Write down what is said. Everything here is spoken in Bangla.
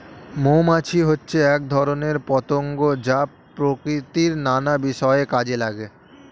মৌমাছি হচ্ছে এক ধরনের পতঙ্গ যা প্রকৃতির নানা বিষয়ে কাজে লাগে